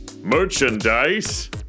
Merchandise